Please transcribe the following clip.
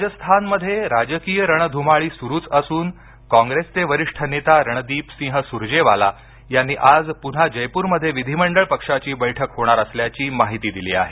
राजस्थानमध्ये राजकीय रणधुमाळी सुरूच असून कॉंग्रेसचे वरिष्ठ नेता रणदीप सिंह सुरजेवाला यांनी आज पुन्हा जयपूरमध्ये विधिमंडळ पक्षाची बैठक होणार असल्याची माहिती दिली आहे